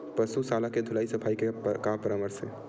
पशु शाला के धुलाई सफाई के का परामर्श हे?